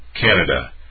Canada